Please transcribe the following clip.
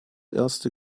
erste